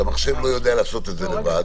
שהמחשב לא יודע לעשות את זה לבד -- לא,